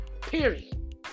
Period